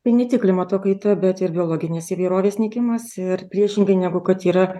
tai ne tik klimato kaita bet ir biologinės įvairovės nykimas ir priešingai negu kad yra